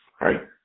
right